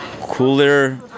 cooler